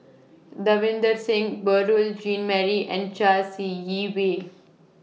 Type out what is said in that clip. Davinder Singh Beurel Jean Marie and Chai See Yee Wei